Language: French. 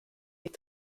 est